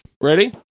Ready